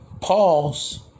Pause